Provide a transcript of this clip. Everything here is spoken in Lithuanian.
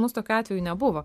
mus tokių atvejų nebuvo